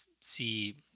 see